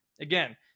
Again